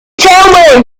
tell